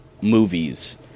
movies